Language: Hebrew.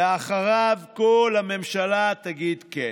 ואחריו כל הממשלה תגיד כן.